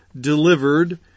delivered